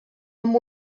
amb